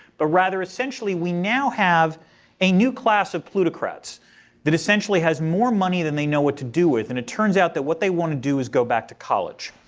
but rather essentially we now have a new class of plutocrats that essentially has more money than they know what to do with. and it turns out that what they want to do is go back to college.